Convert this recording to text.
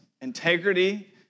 Integrity